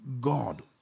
God